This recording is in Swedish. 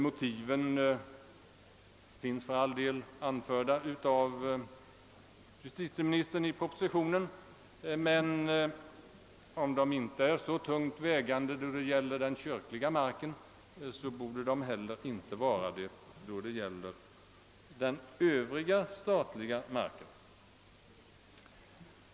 Motiven härför har för all del anförts av justitieministern i propositionen, men om de inte anses så tungt vägande för den kyrkliga marken, så bör de heller inte vara det för den övriga statliga marken.